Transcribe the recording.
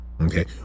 Okay